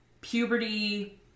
puberty